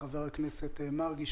חבר הכנסת מרגי,